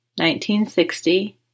1960